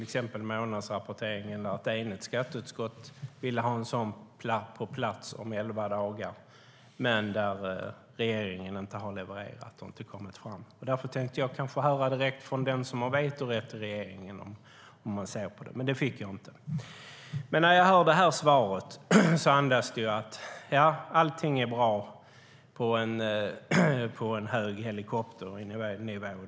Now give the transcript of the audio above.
Ett enigt skatteutskott ville till exempel ha månadsrapportering på plats om elva dagar, men regeringen har inte levererat detta. Därför tänkte jag att jag kunde få höra direkt från den som har vetorätt i regeringen hur hon ser på det, men det fick jag inte. När jag hör det här svaret tycker jag att det andas att allting är bra från ett helikopterperspektiv.